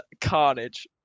carnage